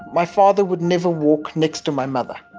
my father would never walk next to my mother.